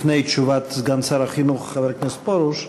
לפני תשובת סגן שר החינוך חבר הכנסת מאיר פרוש,